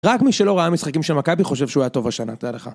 רק מי שלא ראה משחקים של מכבי חושב שהוא היה טוב בשנה, תודה לך.